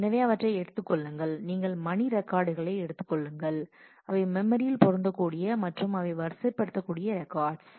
எனவே அவற்றை எடுத்துக் கொள்ளுங்கள் நீங்கள் மணி ரெக்கார்ட்களை எடுத்துக் கொள்ளுங்கள் அவை மெமரியில் பொருந்தக்கூடிய மற்றும் அவை வரிசைப்படுத்தக்கூடிய ரெக்கார்டஸ்